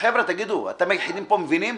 חבר'ה, תגידו, אתם היחידים פה שמבינים?